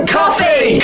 coffee